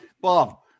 Bob